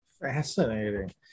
Fascinating